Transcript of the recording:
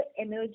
energy